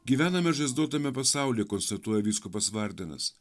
gyvename žaisdavo tame pasaulyje konstatuoja vyskupas vardinas